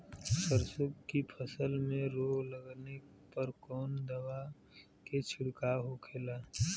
सरसों की फसल में रोग लगने पर कौन दवा के छिड़काव होखेला?